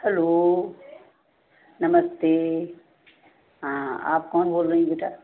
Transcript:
hello नमस्ते हाँ आप कौन बोल रहीं बेटा